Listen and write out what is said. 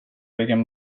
vilken